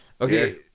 Okay